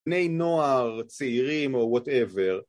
בני נוער, צעירים, or whatever.